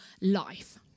life